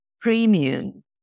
premium